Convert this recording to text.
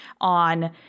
on